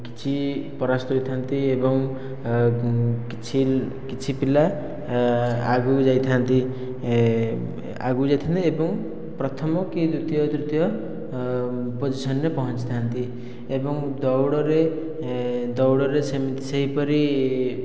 କିଛି ପରାସ୍ତ ହୋଇଥାନ୍ତି ଏବଂ କିଛି କିଛି ପିଲା ଆଗକୁ ଯାଇଥାନ୍ତି ଆଗକୁ ଯାଇଥାନ୍ତି ଏବଂ ପ୍ରଥମ କି ଦ୍ଵିତୀୟ ତୃତୀୟ ପୋଜିସନ ରେ ପହଞ୍ଚିଥାନ୍ତି ଏବଂ ଦୌଡ଼ରେ ଦୌଡ଼ରେ ସେମିତି ସେହିପରି